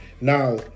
Now